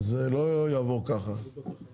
כל בן אדם בודק אותי.